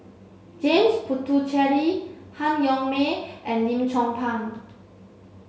James Puthucheary Han Yong May and Lim Chong Pang